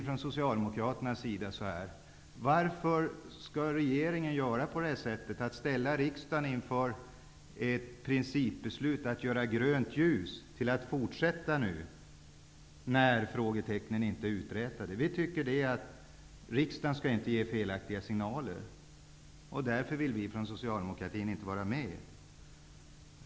Från Socialdemokraternas sida frågar vi: Varför skall regeringen ställa riksdagen inför ett principbeslut att ge grönt ljus att fortsätta när frågetecknen inte är uträtade? Vi tycker att riksdagen inte skall ge felaktiga signaler. Därför vill vi från socialdemokratin inte vara med.